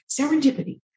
serendipity